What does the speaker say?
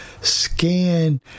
scan